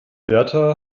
berta